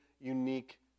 unique